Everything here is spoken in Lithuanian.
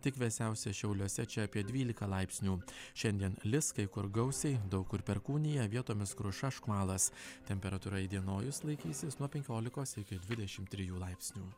tik vėsiausia šiauliuose čia apie dvylika laipsnių šiandien lis kai kur gausiai daug kur perkūnija vietomis kruša škvalas temperatūra įdienojus laikysis nuo penkiolikos iki dvidešim trijų laipsnių